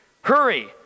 hurry